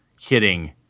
hitting